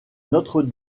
notre